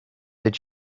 did